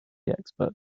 expert